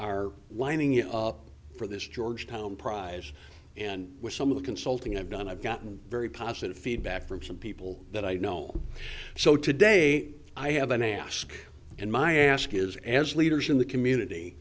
are lining up for this georgetown prize and with some of the consulting i've done i've gotten very positive feedback from some people that i know so today i have an ask in my ask is as leaders in the community